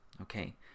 Okay